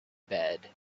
bed